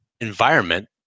environment